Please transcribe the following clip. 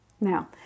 Now